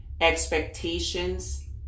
expectations